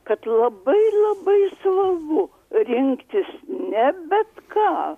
kad labai labai svarbu rinktis ne bet ką